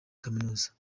kaminuza